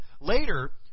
later